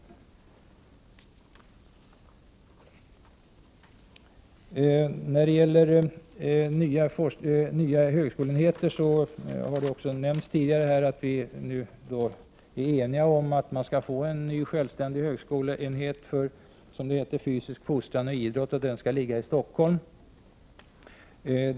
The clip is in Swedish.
När det gäller nya högskoleenheter har det nämnts tidigare här att vi nu är eniga om att man skall få en ny självständig högskoleenhet för fysisk fostran och idrott. Den skall ligga i Stockholm.